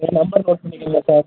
என் number note பண்ணிக்கோங்க sir